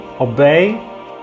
obey